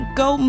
go